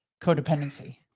codependency